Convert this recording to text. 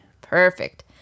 Perfect